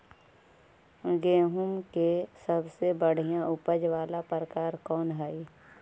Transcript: गेंहूम के सबसे बढ़िया उपज वाला प्रकार कौन हई?